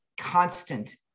constant